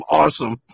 awesome